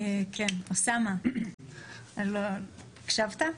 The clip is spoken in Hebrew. אוסאמה, הקשבת?